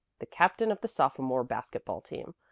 the captain of the sophomore basket-ball team,